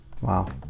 Wow